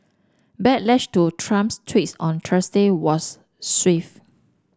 backlash to Trump's tweets on Thursday was swift